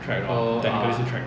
track lor technically 是 track